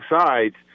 sides